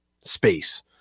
space